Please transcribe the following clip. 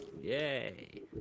Yay